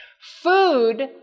Food